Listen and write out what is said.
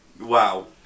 Wow